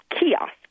kiosk